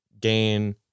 gain